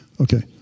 Okay